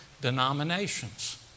denominations